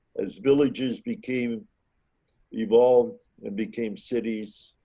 as villages became evolved and became cities,